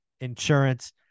insurance